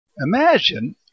Imagine